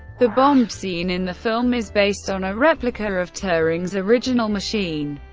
the bombe seen in the film is based on a replica of turing's original machine,